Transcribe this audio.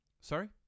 Sorry